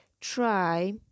Try